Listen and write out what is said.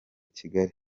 kigali